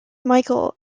michael